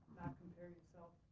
compare yourself